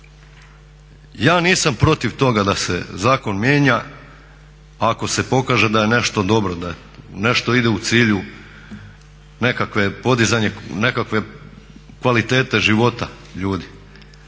Ja nisam protiv toga da se zakon mijenja. A ako se pokaže da je nešto dobro, da nešto ide u cilju nekakve, podizanje nekakve kvalitete života ljudi.